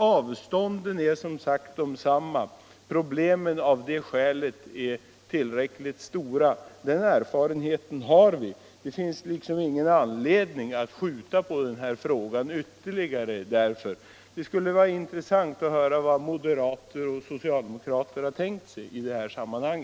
Avstånden är som sagt desamma, och problemen är av det skälet tillräckligt stora. Den erfarenheten har vi också. Det finns därför ingen anledning att skjuta på frågan ytterligare och det skulle vara intressant att höra vad moderaterna och socialdemokraterna egentligen har tänkt sig.